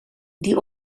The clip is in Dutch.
die